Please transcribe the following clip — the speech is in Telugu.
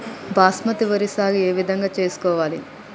బాస్మతి వరి సాగు ఏ విధంగా చేసుకోవాలి?